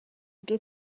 dal